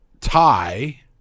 tie